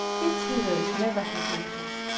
its heroes never had daughters,